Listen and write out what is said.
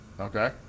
okay